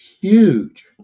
huge